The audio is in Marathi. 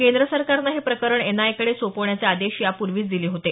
केंद्र सरकारनं हे प्रकरण एनआयएकडे सोपवण्याचे आदेश यापूर्वीच दिले होते